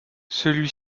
celui